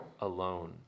alone